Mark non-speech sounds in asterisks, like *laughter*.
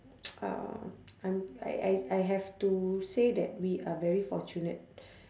*noise* uh I'm I I I have to say that we are very fortunate